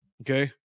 Okay